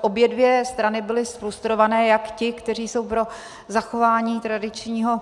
Obě dvě strany byly frustrované, jak ti, kteří jsou pro zachování tradičního